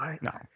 No